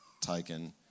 taken